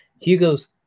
Hugo's